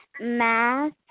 math